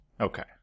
Okay